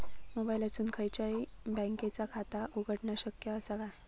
मोबाईलातसून खयच्याई बँकेचा खाता उघडणा शक्य असा काय?